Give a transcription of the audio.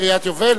בקריית-יובל?